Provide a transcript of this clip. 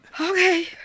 Okay